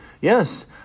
Yes